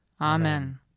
Amen